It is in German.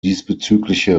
diesbezügliche